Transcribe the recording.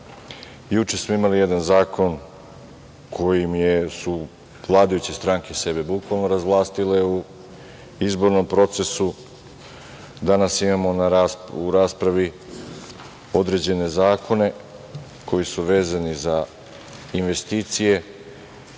Juče smo imali jedan zakon kojim su vladajuće stranke sebe bukvalno razvlastile u izbornom procesu. Danas imamo u raspravi određene zakone koji su vezani za investicije